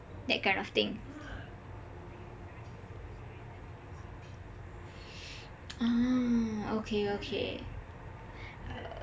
that kind of thing ah okay okay